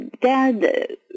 Dad